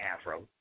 Afro